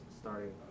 starting